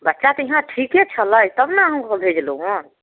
बच्चा तऽ यहाँ ठीके छलै तब ने हम भेजलहुँ हेँ